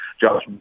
Josh